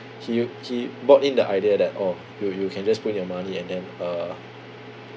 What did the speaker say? he he bought in the idea that orh you you can just put in your money and then uh